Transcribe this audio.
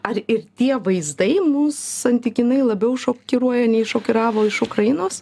ar ir tie vaizdai mus santykinai labiau šokiruoja nei šokiravo iš ukrainos